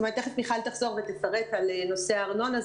תכף מיכל מנקס תחזור לשידור ותצטרף בנושא הארנונה.